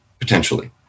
potentially